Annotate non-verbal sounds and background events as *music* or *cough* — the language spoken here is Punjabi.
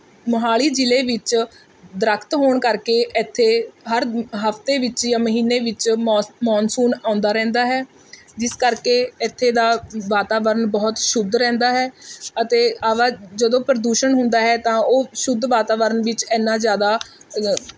ਮੋਹਾਲੀ ਜ਼ਿਲ੍ਹੇ ਵਿੱਚ ਦਰੱਖਤ ਹੋਣ ਕਰਕੇ ਇੱਥੇ ਹਰ ਹਫਤੇ ਵਿੱਚ ਜਾਂ ਮਹੀਨੇ ਵਿੱਚ ਮੋਸ ਮੋਨਸੂਨ ਆਉਂਦਾ ਰਹਿੰਦਾ ਹੈ ਜਿਸ ਕਰਕੇ ਇੱਥੇ ਦਾ ਵਾਤਾਵਰਨ ਬਹੁਤ ਸ਼ੁੱਧ ਰਹਿੰਦਾ ਹੈ ਅਤੇ ਆਵਾ ਜਦੋਂ ਪ੍ਰਦੂਸ਼ਣ ਹੁੰਦਾ ਹੈ ਤਾਂ ਉਹ ਸ਼ੁੱਧ ਵਾਤਾਵਰਨ ਵਿੱਚ ਇੰਨਾਂ ਜ਼ਿਆਦਾ *unintelligible*